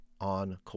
on